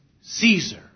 Caesar